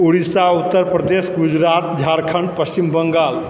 Orissa Uttar Pradesh Gujarat Jharkhand Paschim Bengal